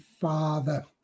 Father